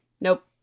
nope